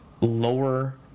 lower